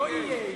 לא "איי".